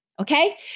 okay